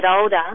older